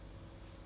ah